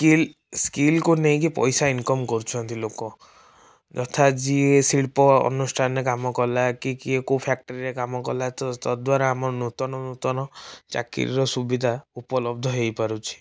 skill ସ୍କିଲକୁ ନେଇକି ପଇସା ଇନକମ କରୁଛନ୍ତି ଲୋକ ଯଥା ଯିଏ ଶିଳ୍ପ ଅନୁଷ୍ଠାନରେ କାମ କଲା କି କିଏ କେଉଁ ଫ୍ୟାକଟ୍ରିରେ କାମ କଲା ତ ତଦ୍ଵାରା ଆମ ନୂତନ ନୂତନ ଚାକିରିର ସୁବିଧା ଉପଲବ୍ଧ ହେଇପାରୁଛି